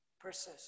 Persist